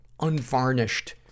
unvarnished